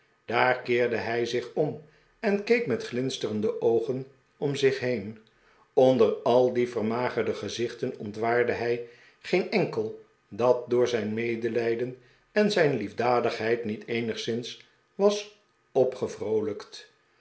daar keerde hij zich om en keek met glinsterende oogen om zich heen onder al die vermagerde gezichten ontwaarde hij geen enkel dat door zijn medelijden en zijn liefdadigheid niet eenigszins was